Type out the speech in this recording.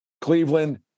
Cleveland